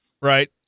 Right